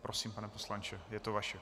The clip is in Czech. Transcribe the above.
Prosím, pane poslanče, je to vaše.